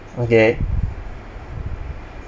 okay